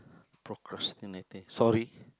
procrastinating sorry